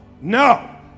No